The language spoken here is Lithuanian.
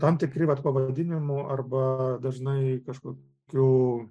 tam tikri vat pavadinimų arba dažnai kažkokių